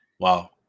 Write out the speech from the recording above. Wow